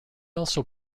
also